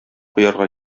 куярга